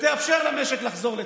ותאפשר למשק לחזור לצמיחה.